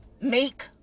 make